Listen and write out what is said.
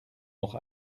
noch